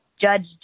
Judge